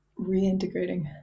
reintegrating